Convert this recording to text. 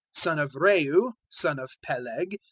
son of reu, son of peleg,